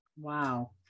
Wow